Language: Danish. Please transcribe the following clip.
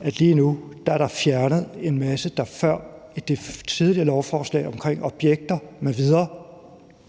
at lige nu er der fjernet en masse i det tidligere lovforslag om objekter m.v., der